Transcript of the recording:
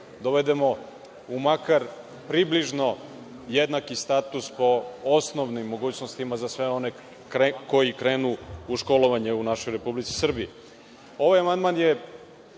dovedemo u makar približno jednaki status po osnovnim mogućnostima za sve one koji krenu u školovanje u našoj Republici Srbiji. Ovaj